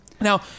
Now